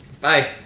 Bye